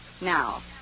Now